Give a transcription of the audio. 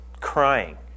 crying